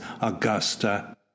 augusta